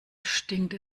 stinkt